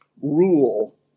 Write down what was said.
rule